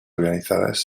organizadas